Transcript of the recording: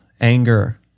anger